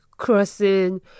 crossing